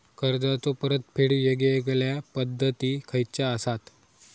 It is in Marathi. कर्जाचो परतफेड येगयेगल्या पद्धती खयच्या असात?